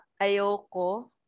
ayoko